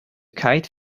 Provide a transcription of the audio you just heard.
kite